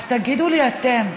אז תגידו לי אתם,